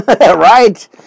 Right